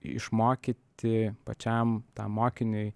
išmokyti pačiam tam mokiniui